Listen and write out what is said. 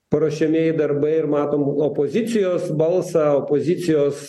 paruošiamieji darbai ir matom opozicijos balsą opozicijos